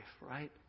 right